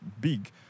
big